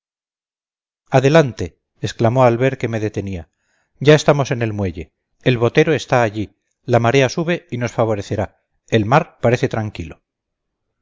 adelante exclamó al ver que me detenía ya estamos en el muelle el botero está allí la marea sube y nos favorecerá el mar parece tranquilo